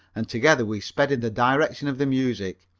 and together we sped in the direction of the music.